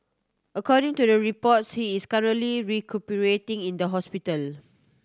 according to the reports he is currently recuperating in the hospital